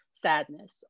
sadness